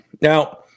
now